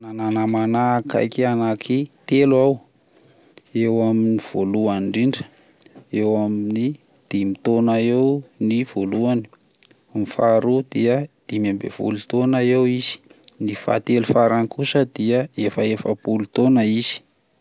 Manana namana akaiky anaky telo aho, eo amin'ny, voalohany indrindra eo amin'ny dimy taona eo ny voalohany, ny faharoa dia dimy amby folo taona eo izy, ny fahatelo farany kosa die efa efapolo taona izy.